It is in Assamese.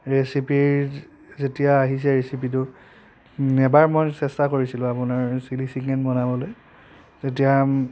ৰেচিপিৰ যেতিয়া আহিছে ৰেচিপিটো এবাৰ মই চেষ্টা কৰিছিলোঁ আপোনাৰ চিলি চিকেন বনাবলৈ তেতিয়া